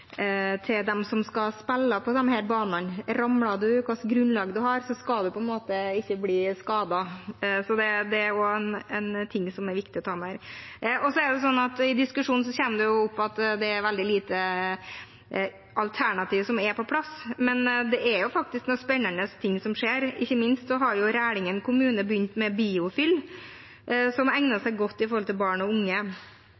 dem som skal spille på disse banene. Ramler du, skal du ikke bli skadet, uansett grunnlag, så det er også en ting som er viktig å ta med her. I diskusjonen kommer det opp at det er veldig få alternativer som er på plass, men det er faktisk noen spennende ting som skjer. Ikke minst har Rælingen kommune begynt med BioFill, som egner